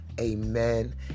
Amen